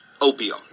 opium